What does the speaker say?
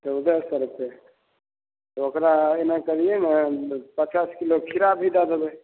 चौदह सए रूपे ओकरा एना करिए ने पचास किलो खीरा भी दै देबै